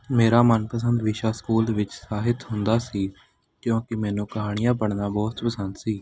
ਮੇਰਾ ਮਨਪਸੰਦ ਵਿਸ਼ਾ ਸਕੂਲ ਵਿੱਚ ਸਾਹਿਤ ਹੁੰਦਾ ਸੀ ਕਿਉਂਕਿ ਮੈਨੂੰ ਕਹਾਣੀਆਂ ਪੜ੍ਹਨਾ ਬਹੁਤ ਪਸੰਦ ਸੀ